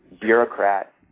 bureaucrat